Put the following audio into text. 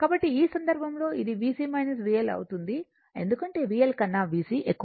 కాబట్టి ఈ సందర్భంలో ఇది VC VL అవుతుంది ఎందుకంటే VL కన్నా VC ఎక్కువ